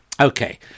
Okay